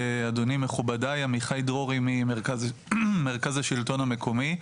עמיחי דרורי, מרכז השלטון המקומי.